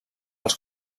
als